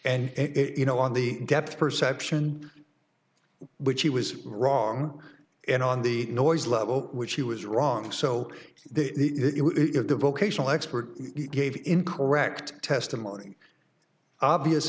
and it you know on the depth perception which he was wrong in on the noise level which he was wrong so the vocational expert gave incorrect testimony obvious